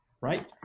right